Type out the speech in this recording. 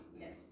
yes